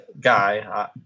guy